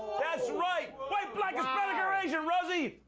that's right. white, black, hispanic or asian, rosie?